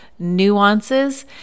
nuances